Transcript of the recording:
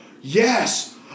Yes